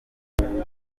nishimiye